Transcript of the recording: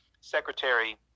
Secretary